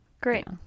great